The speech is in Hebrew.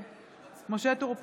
נגד משה טור פז,